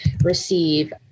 receive